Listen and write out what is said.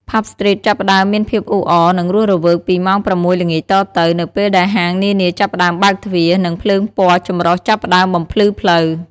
ផាប់ ស្ទ្រីត ចាប់ផ្ដើមមានភាពអ៊ូអរ និងរស់រវើកពីម៉ោង ៦ ល្ងាចតទៅ នៅពេលដែលហាងនានាចាប់ផ្ដើមបើកទ្វារ និងភ្លើងពណ៌ចម្រុះចាប់ផ្ដើមបំភ្លឺផ្លូវ។